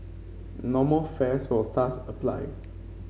normal fares will thus apply